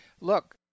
look